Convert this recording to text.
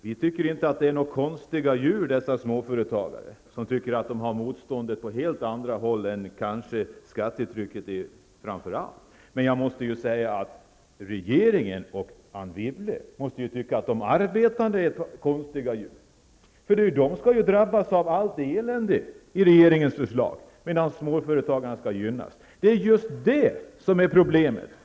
Vi tycker inte att småföretagarna är konstiga djur som tycker att motståndet finns på helt andra håll. Framför allt gäller det då kanske skattetrycket. Regeringen, och därmed också Anne Wibble, måste tycka att de arbetande människorna är konstiga djur. Dessa skall ju drabbas av allt elände när det gäller regeringens förslag, medan småföretagarna skall gynnas. Det är just det som är problemet.